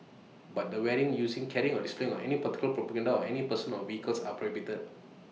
but the wearing using carrying or displaying of any political propaganda on any person or vehicles are prohibited